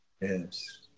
Yes